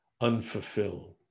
unfulfilled